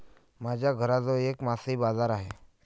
माझ्या घराजवळ एक मासळी बाजार आहे